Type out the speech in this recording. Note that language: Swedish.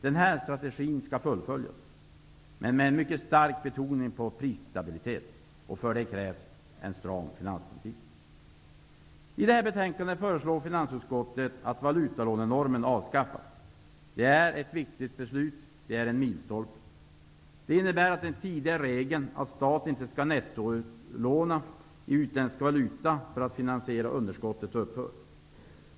Den här strategin måste fullföljas, men med stark betoning på prisstabilitet. För det krävs en stram finanspolitik. I det här betänkande föreslår finansutskottet att valutalånenormen avskaffas. Det är ett viktigt beslut - det är en milstolpe. Det innebär att den tidigare regeln att staten inte skall nettolåna i utländsk valuta för att finansiera budgetunderskott upphör att gälla.